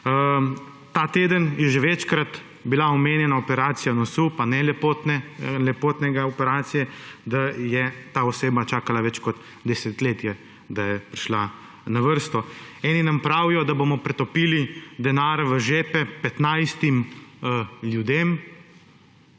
Ta teden je že večkrat bila omenjena operacija nosu, pa ne lepotna operacija, da je ta oseba čakala več kot desetletje, da je prišla na vrsto. Eni nam pravijo, da bomo pretopili denar v žepe petnajstim